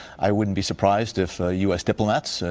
i wouldn't be surprised if ah u s. diplomats,